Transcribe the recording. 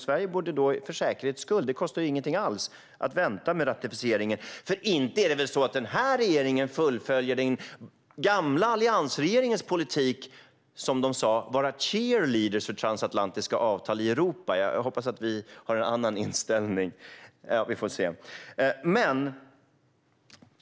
Sverige borde då för säkerhets skull - det kostar ingenting alls - vänta med ratificeringen. För inte är det väl så att den här regeringen fullföljer den gamla alliansregeringens politik som de sa var cheerleaders för transatlantiska avtal i Europa? Jag hoppas att vi har en annan inställning; vi får se.